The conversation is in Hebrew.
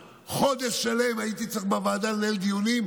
חודש שלם הייתי צריך לנהל בוועדה דיונים,